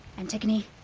antigone,